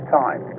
time